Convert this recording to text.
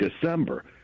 December